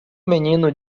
menino